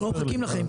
שאנחנו לא מחכים לכם,